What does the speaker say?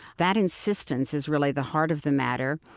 that insistence is really the heart of the matter.